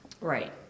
Right